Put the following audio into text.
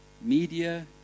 Media